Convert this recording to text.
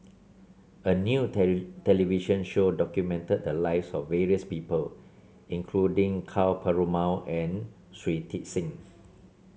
a new television show documented the lives of various people including Ka Perumal and Shui Tit Sing